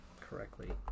correctly